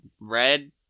red